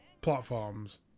platforms